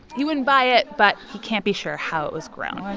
he wouldn't buy it, but he can't be sure how it was grown.